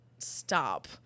Stop